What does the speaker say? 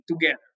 together